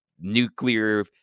nuclear